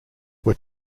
were